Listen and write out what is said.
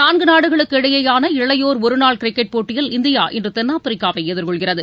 நான்கு நாடுகளுக்கு இடையேயான இளையோர் ஒருநாள் கிரிக்கெட் போட்டியில் இந்தியா இன்று தென்னாப்பிரிக்காவை எதிர்கொள்கிறது